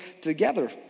together